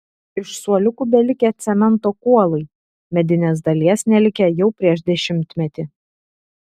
iš suoliukų belikę cemento kuolai medinės dalies nelikę jau prieš dešimtmetį